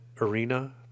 arena